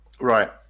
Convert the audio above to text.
Right